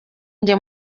njye